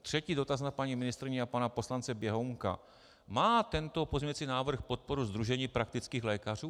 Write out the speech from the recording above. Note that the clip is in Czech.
Třetí dotaz na paní ministryni a na pana poslance Běhounka: má tento pozměňovací návrh podporu Sdružení praktických lékařů?